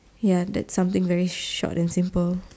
ya that something very short and simple